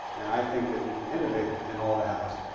and i think that you can innovate in all of the hows,